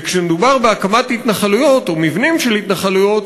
וכשמדובר בהקמת התנחלויות או מבנים של התנחלויות